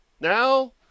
now